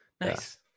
Nice